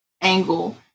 angle